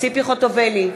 ציפי חוטובלי,